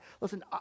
Listen